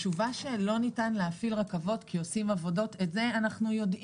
אבל את התשובה שלא ניתן להפעיל רכבות כי עושים עבודות אנחנו מכירים.